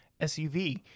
SUV